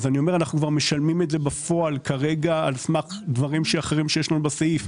אנחנו כבר משלמים את זה בפועל כרגע על סמך דברים אחרים שיש לנו בסעיף.